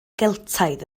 geltaidd